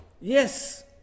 Yes